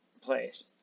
place